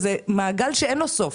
זה מעגל שאין לו סוף.